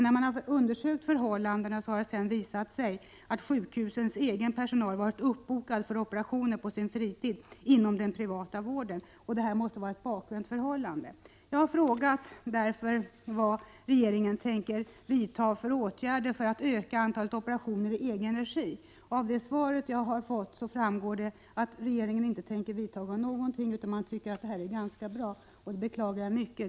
När man undersökt förhållandena har det visat sig att sjukhusens egen personal varit uppbokad på sin fritid för operationer inom den privata vården. Detta måste vara ett bakvänt förhållande. Jag har därför frågat vilka åtgärder regeringen tänker vidta för att landstingen skall kunna öka antalet operationer i egen regi. Av det svar som jag har fått framgår att regeringen över huvud taget inte tänker företa sig någonting, utan den tycker att förhållandena är ganska bra. Detta beklagar jag mycket.